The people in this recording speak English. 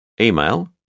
email